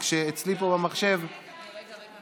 רק שאצלי פה, במחשב, רגע, רגע.